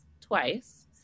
twice